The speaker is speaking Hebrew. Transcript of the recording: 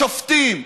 בשופטים,